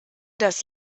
das